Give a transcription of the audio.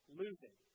losing